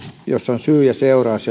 perustuva syy ja seuraus